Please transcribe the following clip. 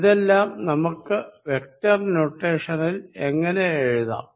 ഇതെല്ലാം നമുക്ക് വെക്ടർ നോട്ടെഷനിൽ എങ്ങിനെ എഴുതാം